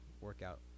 workout